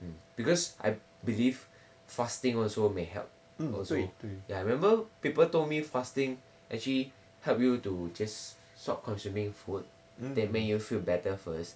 because I believe fasting also may help also ya I remember people told me fasting actually help you to just stop consuming food that make you feel better first